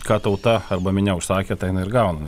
ką tauta arba minia užsakė tą inai ir gauna